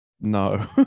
No